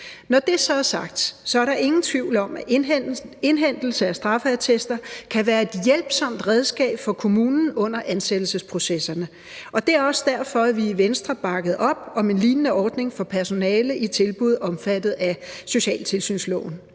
Når det så er sagt, er der ingen tvivl om, at indhentelse af straffeattester kan være et hjælpsomt redskab for kommunen under ansættelsesprocesserne, og det er også derfor, at vi i Venstre bakkede op om en lignende ordning for personale i tilbud omfattet af socialtilsynsloven.